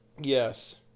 Yes